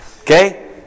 Okay